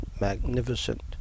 magnificent